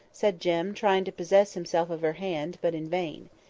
said jem, trying to possess himself of her hand, but in vain.